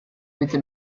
bitte